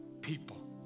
people